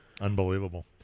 Unbelievable